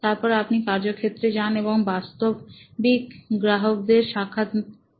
তারপর আপনি কার্যক্ষেত্রে যান এবং বাস্তবিক গ্রাহকদের সাক্ষাৎকার নেন